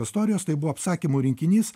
istorijos tai buvo apsakymų rinkinys